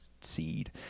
seed